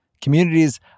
Communities